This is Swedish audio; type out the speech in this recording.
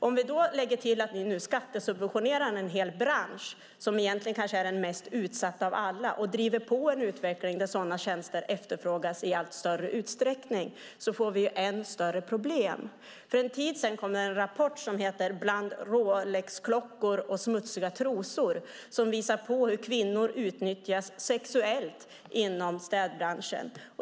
Om vi då lägger till att ni nu skattesubventionerar en hel bransch som kanske är den mest utsatta av alla och därmed driver på en utveckling där sådana tjänster efterfrågas i allt större utsträckning får vi allt större problem. För en tid sedan kom en rapport som heter Bland Rolexklockor och smutsiga trosor som visar hur kvinnor utnyttjas sexuellt inom städbranschen.